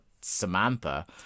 Samantha